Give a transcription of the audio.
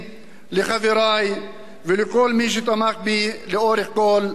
לחברי ולכל מי שתמך בי לאורך כל הדרך.